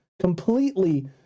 completely